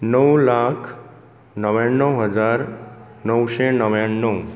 णव लाख णव्याणव हजार णवशे णव्याणव